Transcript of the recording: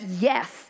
yes